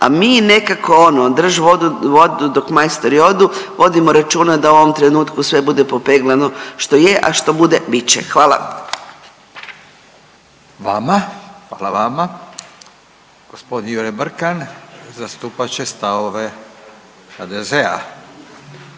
a mi nekako ono, drž' vodu dok majstori odu, vodimo računa da u ovom trenutku sve bude popeglano što je, a što bude, bit će. Hvala. **Radin, Furio (Nezavisni)** I vama. Hvala vama. G. Jure Brkan zastupat će stavove HDZ-a